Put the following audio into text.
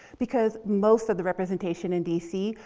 because most of the representation in d c.